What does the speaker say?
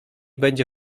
będzie